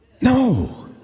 No